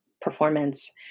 performance